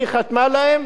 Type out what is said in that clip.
היא חתמה להם,